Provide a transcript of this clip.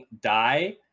die